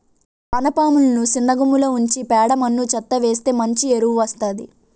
వానపాములని సిన్నగుమ్మిలో ఉంచి పేడ మన్ను చెత్తా వేస్తె మంచి ఎరువు వస్తాది